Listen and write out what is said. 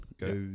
goes